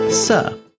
Sir